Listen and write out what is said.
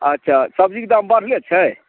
अच्छा सब्जीके दाम बढ़ले छै